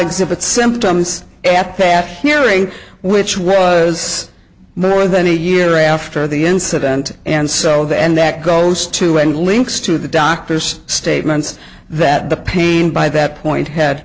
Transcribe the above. exhibit symptoms at that hearing which was more than a year after the incident and so the end that goes to any links to the doctor's statements that the pain by that point had